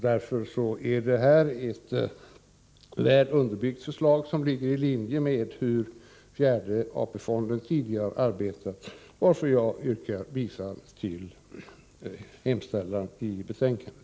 Därför är detta ett väl underbyggt förslag som ligger i linje med hur fjärde AP-fonden tidigare arbetat, och jag yrkar bifall till hemställan i betänkandet.